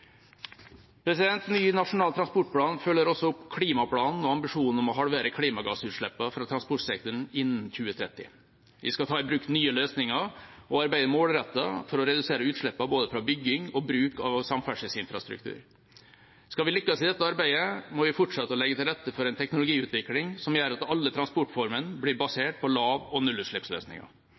Ny Nasjonal transportplan følger også opp klimaplanen og ambisjonen om å halvere klimagassutslippene fra transportsektoren innen 2030. Vi skal ta i bruk nye løsninger og arbeide målrettet for å redusere utslippene både fra bygging og bruk av samferdselsinfrastruktur. Skal vi lykkes i dette arbeidet, må vi fortsette å legge til rette for en teknologiutvikling som gjør at alle transportformene blir basert på lav- og nullutslippsløsninger.